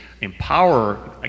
empower